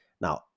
Now